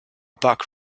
bug